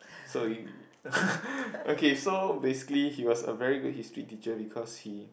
so y~ okay so basically he was a very good History teacher because he